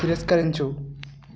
తిరస్కరించు